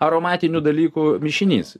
aromatinių dalykų mišinys